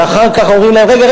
ואחר כך אומרים להם: רגע,